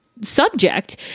subject